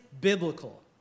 biblical